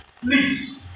Please